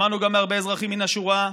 שמענו גם מהרבה אזרחים מן השורה,